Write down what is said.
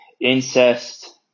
incest